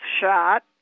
shot